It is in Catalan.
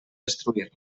destruir